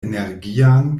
energian